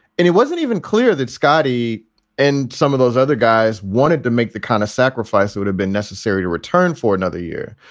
and it wasn't even clear that scotty and some of those other guys wanted to make the kind of sacrifice they would have been necessary to return for another year.